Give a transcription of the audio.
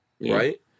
right